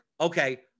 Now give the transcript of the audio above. okay